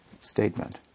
statement